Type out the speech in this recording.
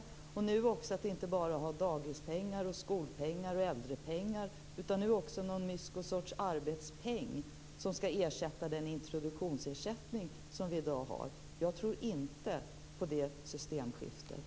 Nu används den också för att visa att vi inte bara ska ha dagispeng, skolpeng och äldrepeng utan också någon mystisk sorts arbetspeng, som ska ersätta den introduktionsersättning som vi i dag har. Jag tror inte på det systemskiftet.